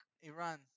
Iran